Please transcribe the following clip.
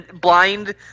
blind